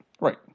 Right